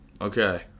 Okay